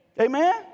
Amen